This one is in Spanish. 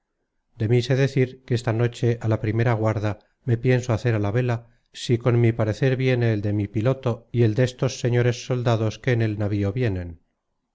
de mí sé decir que esta noche á la primera guarda me pienso hacer á la vela si con mi parecer viene el de mi piloto y el destos señores soldados que en el navío vienen